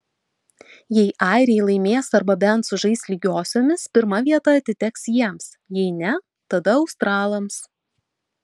jei airiai laimės arba bent sužais lygiosiomis pirma vieta atiteks jiems jei ne tada australams